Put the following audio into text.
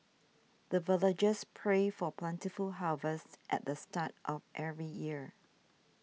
the villagers pray for plentiful harvest at the start of every year